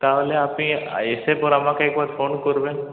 তাহলে আপনি এসে পর আমাকে একবার ফোন করবেন